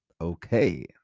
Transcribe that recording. okay